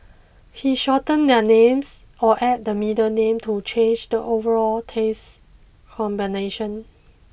he shortens their names or adds the middle name to change the overall taste combination